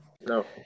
No